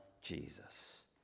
Jesus